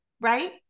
right